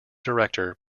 director